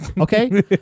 Okay